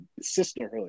sisterhood